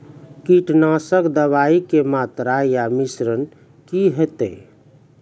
कीटनासक दवाई के मात्रा या मिश्रण की हेते?